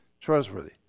trustworthy